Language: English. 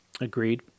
Agreed